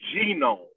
genome